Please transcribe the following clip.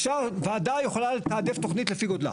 ועדה יכולה לתעדף תוכנית לפי גודלה.